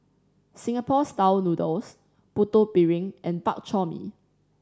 Singapore Style Noodles Putu Piring and Bak Chor Mee